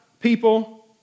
people